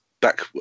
back